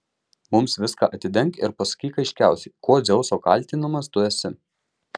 mums viską atidenk ir pasakyk aiškiausiai kuo dzeuso kaltinamas tu esi